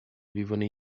vivono